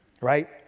right